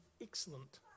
excellent